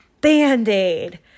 Band-Aid